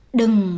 đừng